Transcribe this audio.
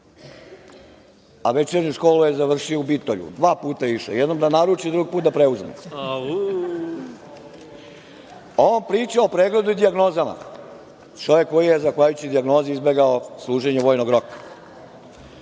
a večernju školu je završio u Bitolju, dva puta je išao, jednom da naruči, drugi put da preuzme, a on priča o pregledu i dijagnozama, čovek koji je zahvaljujući dijagnozi izbegao služenje vojnog roka.